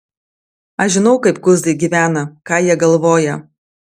aš žinau kaip kuzai gyvena ką jie galvoja